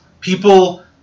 people